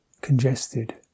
congested